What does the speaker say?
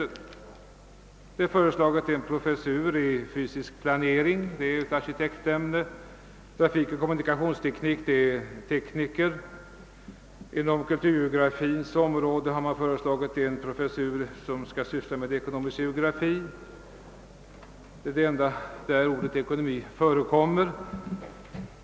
Förslaget innefattar bl.a. en professur i fysisk planering — ett arkitektämne — en i trafikoch kommunikationsteknik — ett tekniskt ämne — och en inom kulturgeografins område i ekonomisk geografi. Det är den enda professur där ordet ekonomi förekommer.